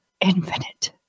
infinite